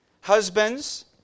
Husbands